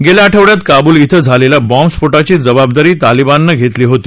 गेल्या आठवड्यात काब्ल इथं झालेल्या बॉम्ब स्फोटाची जबाबदारी तालिबाननं घेतली होती